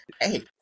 Hey